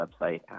website